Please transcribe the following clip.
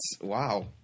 wow